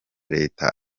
leta